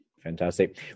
Fantastic